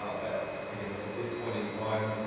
ah but i guess at this point in time,